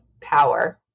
power